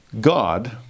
God